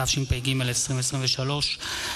התשפ"ג 2023,